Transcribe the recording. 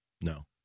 no